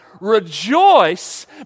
Rejoice